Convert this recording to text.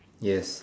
yes